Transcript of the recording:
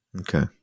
Okay